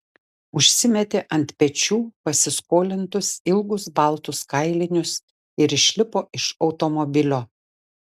užsimetė ant pečių pasiskolintus ilgus baltus kailinius ir išlipo iš automobilio